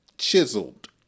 chiseled